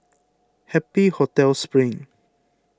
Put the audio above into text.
Happy Hotel Spring